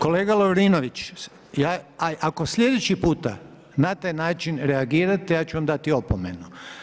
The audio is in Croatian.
Kolega Lovrinović, ako sljedeći puta, na taj način reagirate, ja ću vam dati opomenu.